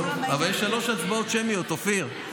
טוב, אבל יש שלוש הצבעות שמיות, אופיר.